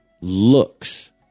looks